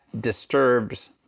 disturbs